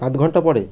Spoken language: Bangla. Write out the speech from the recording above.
আধ ঘণ্টা পরে